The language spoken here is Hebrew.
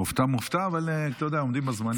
מופתע, מופתע, אבל אתה יודע, עומדים בזמנים.